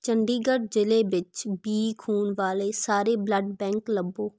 ਚੰਡੀਗੜ੍ਹ ਜ਼ਿਲ੍ਹੇ ਵਿੱਚ ਬੀ ਖੂਨ ਵਾਲੇ ਸਾਰੇ ਬਲੱਡ ਬੈਂਕ ਲੱਭੋ